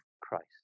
Christ